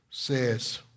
Says